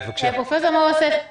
יש לי שאלה לפרופ' מור יוסף.